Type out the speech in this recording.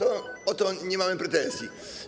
O to nie mamy pretensji.